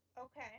okay